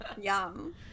yum